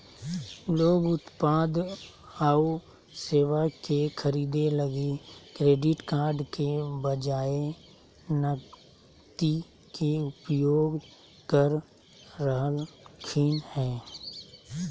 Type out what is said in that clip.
लोग उत्पाद आऊ सेवा के खरीदे लगी क्रेडिट कार्ड के बजाए नकदी के उपयोग कर रहलखिन हें